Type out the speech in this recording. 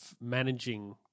managing